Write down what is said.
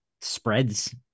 spreads